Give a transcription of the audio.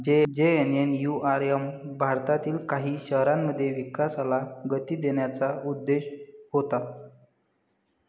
JNNURM भारतातील काही शहरांमध्ये विकासाला गती देण्याचा उद्देश होता